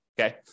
Okay